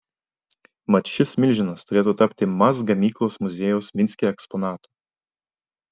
mat šis milžinas turėtų tapti maz gamyklos muziejaus minske eksponatu